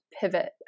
pivot